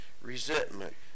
resentment